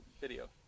video